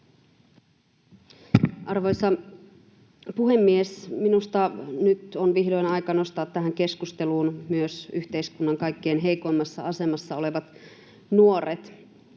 Arvoisa puhemies! Minusta nyt on vihdoin aika nostaa tähän keskusteluun myös yhteiskunnan kaikkein heikoimmassa asemassa olevat nuoret.